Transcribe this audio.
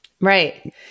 Right